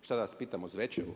Šta da vas pitam o Zvečevu?